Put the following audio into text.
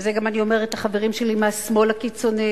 ואת זה אני אומרת גם לחברים שלי מהשמאל הקיצוני: